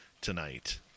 tonight